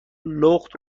لخت